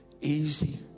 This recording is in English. easy